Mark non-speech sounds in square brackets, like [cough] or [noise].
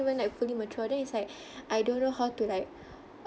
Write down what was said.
even like fully mature then is like [breath] I don't know how to like